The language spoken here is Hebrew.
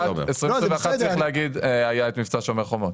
ב-2021 צריך להגיד, היה את מבצע "שומר החומות".